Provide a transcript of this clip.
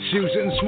Susan